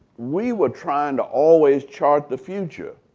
we were trying to always chart the future.